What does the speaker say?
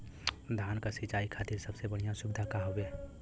धान क सिंचाई खातिर सबसे बढ़ियां सुविधा का हवे?